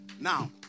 now